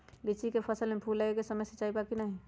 लीची के फसल में फूल लगे के समय सिंचाई बा कि नही?